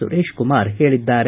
ಸುರೇಶ್ ಕುಮಾರ್ ಹೇಳಿದ್ದಾರೆ